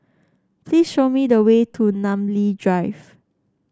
please show me the way to Namly Drive